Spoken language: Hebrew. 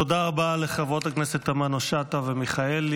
תודה רבה לחברות הכנסת תמנו שטה ומיכאלי.